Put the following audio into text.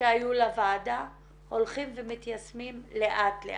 שהיו לוועדה הולכים ומתיישמים לאט לאט.